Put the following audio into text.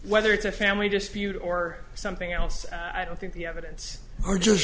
whether it's a family dispute or something else i don't think the evidence are just